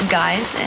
guys